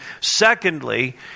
secondly